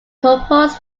proposed